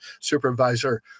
supervisor